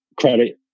credit